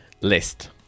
List